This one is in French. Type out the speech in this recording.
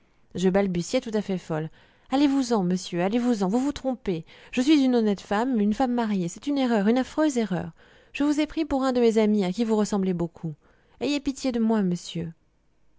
je balbutiai tout à fait folle allez-vous-en monsieur allez-vous-en vous vous trompez je suis une honnête femme une femme mariée c'est une erreur une affreuse erreur je vous ai pris pour un de mes amis à qui vous ressemblez beaucoup ayez pitié de moi monsieur